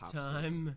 time